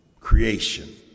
creation